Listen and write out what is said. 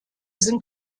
sind